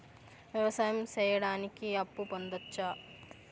వ్యవసాయం సేయడానికి అప్పు పొందొచ్చా?